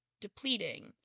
depleting